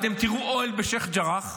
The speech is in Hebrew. אתם תראו אוהל בשייח' ג'ראח.